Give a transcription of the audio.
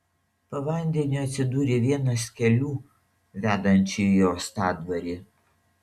po vandeniu atsidūrė vienas kelių vedančių į uostadvarį